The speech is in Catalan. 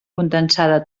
condensada